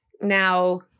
Now